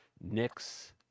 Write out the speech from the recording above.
Nick's